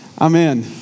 Amen